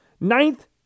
Ninth